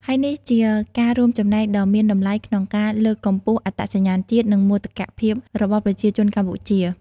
ហើយនេះជាការរួមចំណែកដ៏មានតម្លៃក្នុងការ លើកកម្ពស់អត្តសញ្ញាណជាតិ និងមោទកភាពរបស់ប្រជាជនកម្ពុជា។